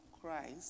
Christ